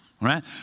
right